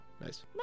Nice